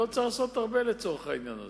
לא צריך לעשות הרבה לצורך העניין הזה.